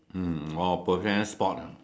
mm oh professional sport ah